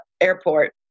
airport